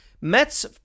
Mets